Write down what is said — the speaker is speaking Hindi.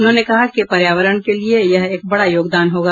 उन्होंने कहा कि पर्यावरण के लिए यह एक बड़ा योगदान होगा